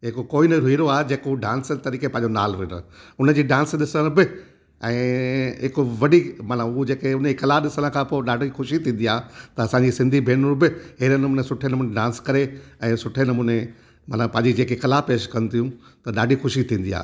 जेको कोहिनूर हीरो आहे जेको डांस तरीक़े पंहिंजो नालो विधो हुनजी डांस ॾिसण में ऐं हिकु वॾी मतलब हूअं जेके हुनजी कला ॾिसण खां पोइ ॾाढी ख़ुशी थींदी आहे त असांजी सिंधी भेनरूं बि अहिड़े नमूने सुठे नमूने डांस करे ऐं सुठे नमूने माना पंहिंजी जेकी कला पेश कंदियूं त ॾाढी ख़ुशी थींदी आहे